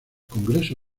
congreso